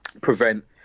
prevent